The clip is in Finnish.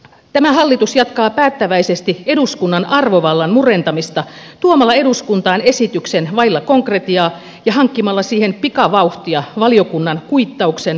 tämä hallitus jatkaa päättäväisesti eduskunnan arvovallan murentamista tuomalla eduskuntaan esityksen vailla konkretiaa ja hankkimalla siihen pikavauhtia valiokunnan kuittauksen luottamusäänestyksineen